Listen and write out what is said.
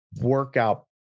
workout